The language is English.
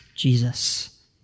Jesus